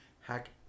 hack